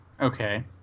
Okay